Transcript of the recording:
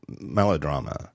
melodrama